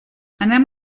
anem